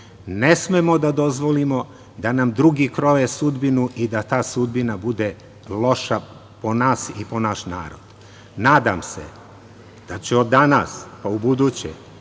smemo da dozvolimo da nama drugi kroje sudbinu i da ta sudbina bude loša po nas i po naš narod. Nadam se da će od danas, pa u buduće